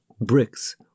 bricks